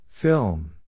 Film